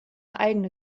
eigene